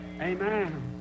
Amen